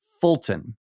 Fulton